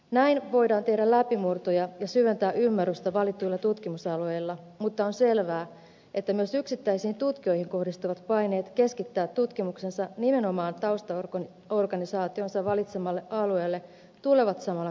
näin voidaan tehdä läpimurtoja ja syventää ymmärrystä valituilla tutkimusalueilla mutta on selvää että myös yksittäisiin tutkijoihin kohdistuvat paineet keskittää tutkimuksensa nimenomaan taustaorganisaationsa valitsemalle alueelle tulevat samalla kasvamaan